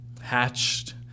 hatched